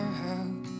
help